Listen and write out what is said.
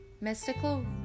Mystical